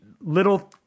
little